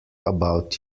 about